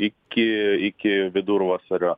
iki iki vidurvasario